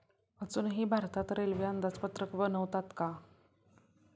अजूनही भारतात रेल्वे अंदाजपत्रक बनवतात का?